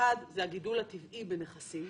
אחד זה הגידול הטבעי בנכסים,